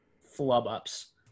flub-ups